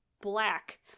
black